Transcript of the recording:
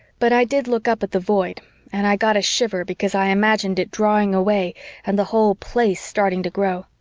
but i did look up at the void and i got a shiver because i imagined it drawing away and the whole place starting to grow.